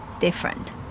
different